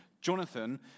Jonathan